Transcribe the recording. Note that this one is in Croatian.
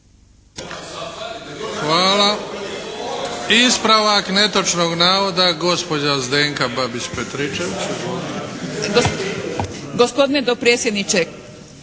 Hvala. Ispravak netočnog navoda gospođa Zdenka Babić Petričević. **Babić-Petričević,